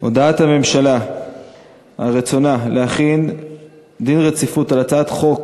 הודעת הממשלה על רצונה להחיל דין רציפות על הצעת חוק